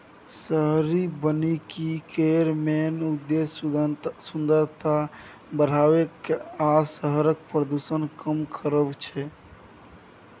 शहरी बनिकी केर मेन उद्देश्य सुंदरता बढ़ाएब आ शहरक प्रदुषण कम करब छै